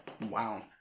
Wow